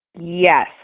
Yes